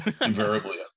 Invariably